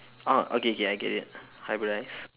ah okay okay I get it hybridize